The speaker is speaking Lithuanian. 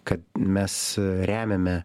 kad mes remiame